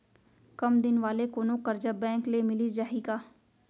कम दिन वाले कोनो करजा बैंक ले मिलिस जाही का?